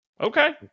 Okay